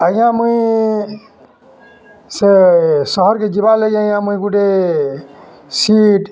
ଆଜ୍ଞା ମୁଇଁ ସେ ସହରକେ ଯିବାର୍ ଲାଗି ଆଜ୍ଞା ମୁଇଁ ଗୋଟେ ସିଟ୍